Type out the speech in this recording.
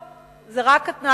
זה רק התנאי המקדים,